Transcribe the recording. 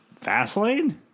Fastlane